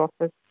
office